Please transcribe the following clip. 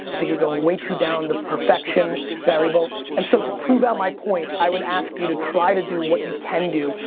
i think you're going way too down the perfection variable. and so to prove out my point, i would ask you to try to do what you can do.